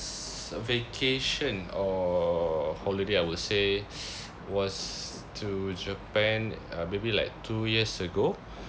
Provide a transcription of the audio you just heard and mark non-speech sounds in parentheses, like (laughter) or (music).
vacation or holiday I would say (breath) was to japan uh maybe like two years ago